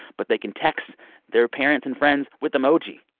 but they can text their parents and friends with emoji.